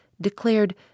declared